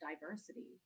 diversity